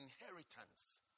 inheritance